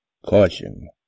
CAUTION